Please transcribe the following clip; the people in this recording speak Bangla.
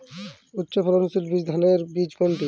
উচ্চ ফলনশীল ধানের বীজ কোনটি?